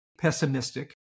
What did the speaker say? pessimistic